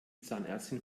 zahnärztin